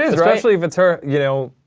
especially if it's her, you know,